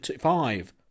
five